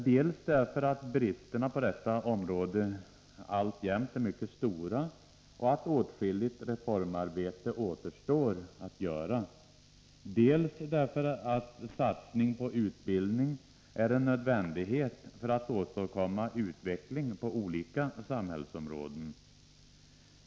Dels därför att bristerna på detta område alltjämt är mycket stora och att åtskilligt reformarbete återstår att göra, dels därför att satsning på utbildning är nödvändig för att åstadkomma utveckling på olika samhällsområden.